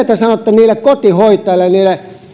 te sanotte niille kotihoitajille ja niille